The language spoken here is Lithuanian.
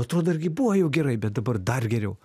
atrodo irgi buvo jau gerai bet dabar dar geriau